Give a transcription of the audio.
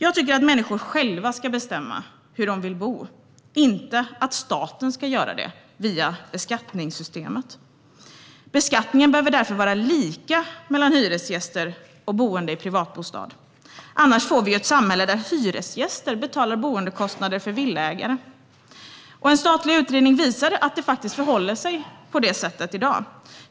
Jag tycker att människor själva ska få bestämma hur de vill bo - inte att staten gör det via beskattningssystemet. Beskattningen behöver därför vara lika mellan hyresgäster och boende i privatbostad. Annars får vi ett samhälle där hyresgäster betalar boendekostnader för villaägare. En statlig utredning visar att det i dag förhåller sig på detta sätt.